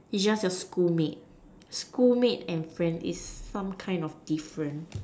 it's just your schoolmate schoolmate and friend is some kind of different